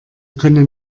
können